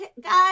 Guys